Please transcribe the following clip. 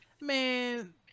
Man